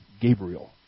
Gabriel